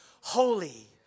holy